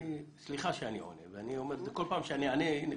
סליחה שאני עונה וכל פעם שאני אענה,